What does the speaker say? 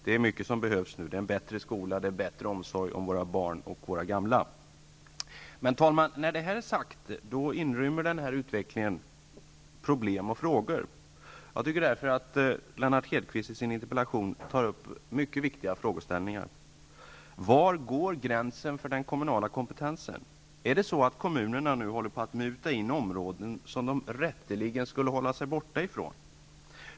Det är nu mycket som behövs: en bättre skola och bättre omsorg om våra barn och våra gamla. Herr talman! När det här är sagt, inrymmer denna utveckling problem och frågor. Jag tycker därför att de frågeställningar som Lennart Hedquist tar upp i sin interpellation är mycket viktiga. Var går gränsen för den kommunala kompetensen? Är det så att kommunerna håller på att muta in områden som de rätteligen skulle hålla sig borta från?